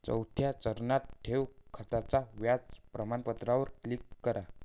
चौथ्या चरणात, ठेव खात्याच्या व्याज प्रमाणपत्रावर क्लिक करा